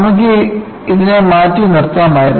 നമുക്ക് ഇതിനെ മാറ്റി നിർത്താമായിരുന്നു